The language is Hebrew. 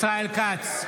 ישראל כץ,